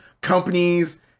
companies